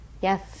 Yes